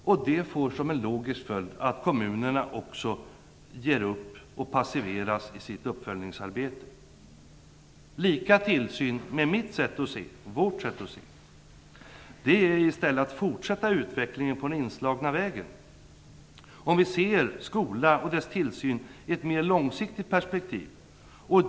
Det får som en logisk följd att kommunerna ger upp och passiveras i sitt uppföljningsarbete. Lika tillsyn, med vårt sätt att se, innebär i stället att man fortsätter utvecklingen på den inslagna vägen. Vi kan se skolan och dess tillsyn i ett mer långsiktigt perspektiv.